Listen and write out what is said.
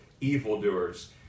evildoers